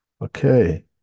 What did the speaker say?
Okay